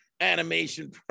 animation